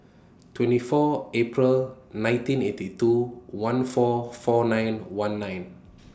twenty four April nineteen eighty two one four four nine one nine